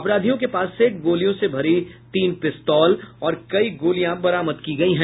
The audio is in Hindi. अपराधियों के पास से गोलियों से भरी तीन पिस्तौल और कई गोलियां बरामद की गयी है